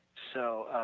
so